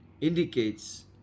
indicates